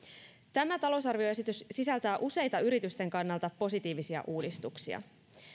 tämä talousarvioesitys sisältää useita yritysten kannalta positiivisia uudistuksia